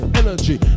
energy